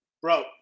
bro